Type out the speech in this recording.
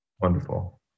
Wonderful